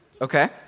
Okay